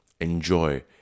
Enjoy